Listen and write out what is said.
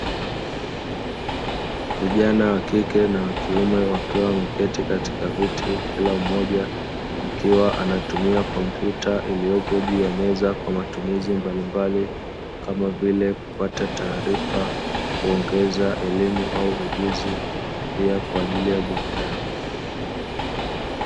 Vijana wakike na wakiume wakiwa wameketi katika viti kila mmoja akiwa anatumia kompyuta iliyopo juu ya meza kwa matumizi mbalimbali kama vile kupata taarifa, kuongeza elimu au ujuzi pia kwa ajili ya burudani.